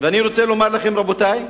אני רוצה לומר לכם, רבותי,